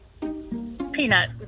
Peanut